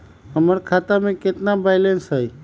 हमर खाता में केतना बैलेंस हई?